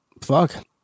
Fuck